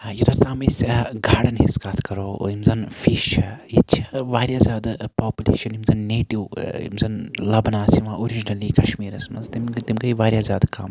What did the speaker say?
یوٚتَتھ تام أسۍ گاڈن ہٕنٛز کتھ کَرو یِم زَن فِش چھِ ییٚتہِ چھِ واریاہ زیادٕ پوپُلیشَن یِم زَن نیٹِو یِم زَن لَبنہٕ آسہِ یِوان اورِجنَلی کَشمیٖرَس مَنٛز تِم گٔے واریاہ زیادٕ کَم